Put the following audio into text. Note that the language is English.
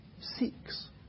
seeks